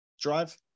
drive